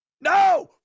no